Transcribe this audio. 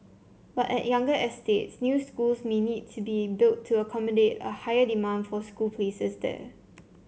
but at younger estates new schools may need to be built to accommodate a higher demand for school places there